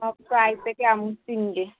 ꯄ꯭ꯔꯥꯏꯁꯁꯦ ꯀꯌꯥꯃꯨꯛ ꯆꯤꯡꯒꯦ